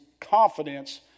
confidence